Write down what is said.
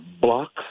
blocks